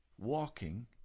walking